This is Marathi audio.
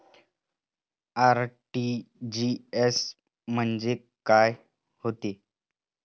आर.टी.जी.एस म्हंजे काय होते?